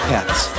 Pets